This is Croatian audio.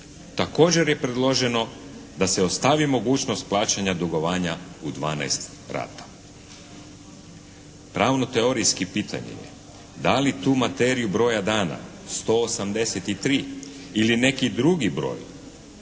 Također je predloženo da se ostavi mogućnost plaćanja dugovanja u 12 rata. Pravno-teorijski pitanje je da li tu materiju broja dana 183 ili neki drugi broj,